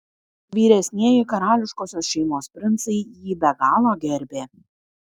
vyresnieji karališkosios šeimos princai jį be galo gerbė